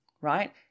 Right